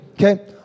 okay